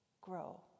grow